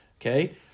okay